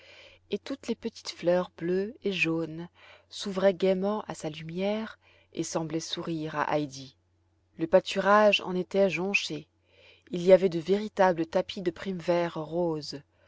et toutes les petites fleurs bleues et jaunes s'ouvraient gaiement à sa lumière et semblaient sourire à heidi le pâturage en était jonché il y avait de véritables tapis de primevères roses